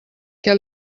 què